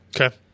Okay